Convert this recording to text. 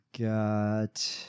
got